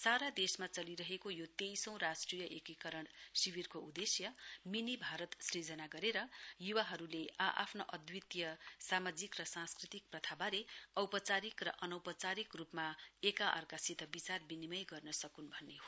सारा देशमा चलिरहेको यो तेइसौं राष्ट्रिय एकीकरण शिविरणको उद्देश्य मिनी भारत सूजना गरेर य्वाहरूले आ आफ्ना अद्वितीय सामाजिक र संस्कृतिक प्रथाबारे औपचारिक र अनौपचारिक रूपमा एका एर्कासित विचार विनिमय गर्न सक्न् भन्ने हो